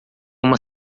uma